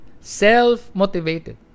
self-motivated